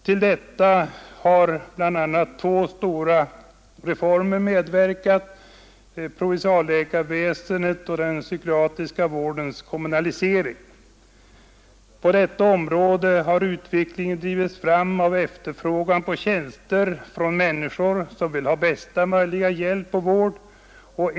Till detta har bl.a. två stora reformer medverkat: provinsialläkarväsendets och den psykiatriska vårdens kommunalisering. På detta område har utvecklingen drivits fram av efterfrågan på tjänster från människor som vill ha bästa möjliga hjälp och vård.